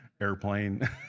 airplane